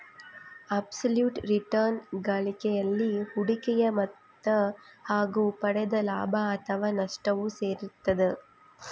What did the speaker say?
abs ಲುಟ್ return ಗಳಿಕೆಯಲ್ಲಿ ಹೂಡಿಕೆಯ ಮೊತ್ತ ಹಾಗು ಪಡೆದ ಲಾಭ ಅಥಾವ ನಷ್ಟವು ಸೇರಿರ್ತದ